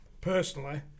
personally